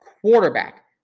quarterback